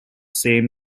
same